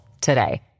today